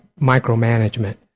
micromanagement